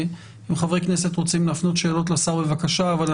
חברי כנסת יוכלו להפנות שאלות לשר ונשמע